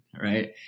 right